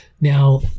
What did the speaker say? Now